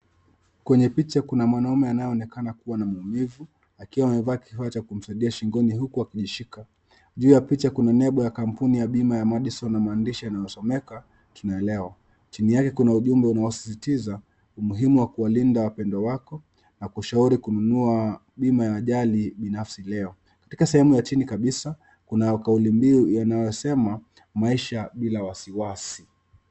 Kwenye picha kuna mwanaume anayeonekana kuwa na maumivu akiwa amevaa kifaa cha kumsaidia shingoni huku akijishika. Juu ya picha kuna nembo ya kampuni ya bima ya Madison na maandishi yanayosomeka tunaelewa. Chini yake kuna ujumbe umuhimu wa kuwalinda wapendwa wako na kushauri kununua bima ya ajali binafsi leo. Katika sehemu ya chini kabisa kuna kauli mbinu inayosema maisha bila wasiwasi.